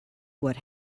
what